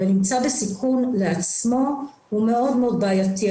הוא מאוד-מאוד בעייתי.